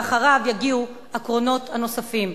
ואחריו יגיעו הקרונות הנוספים.